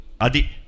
Adi